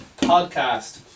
podcast